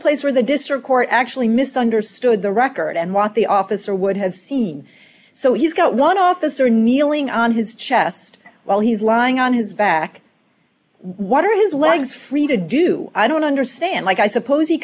place where the district court actually misunderstood the record and what the officer would have seen so he's got one officer kneeling on his chest while he's lying on his back what are his legs free to do i don't understand like i suppose